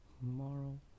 moral